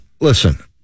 listen